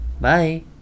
bye